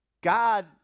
God